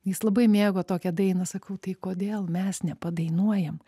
jis labai mėgo tokią dainą sakau tai kodėl mes nepadainuojam